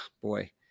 boy